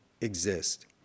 exist